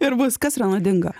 ir bus kas yra nuodinga